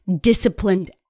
disciplined